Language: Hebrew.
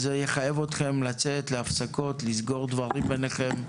זה יחייב אתכם לצאת להפסקות, לסגור דברים ביניכם,